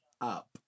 up